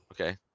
Okay